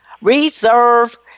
Reserve